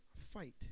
Fight